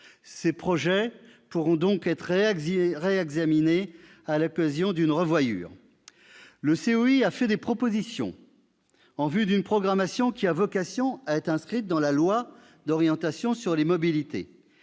Ces projets pourront donc être réexaminés dans le cadre d'une clause de revoyure. Le COI a fait des propositions en vue d'une programmation qui a vocation à être inscrite dans la loi d'orientation sur les mobilités.